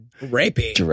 Rapey